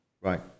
right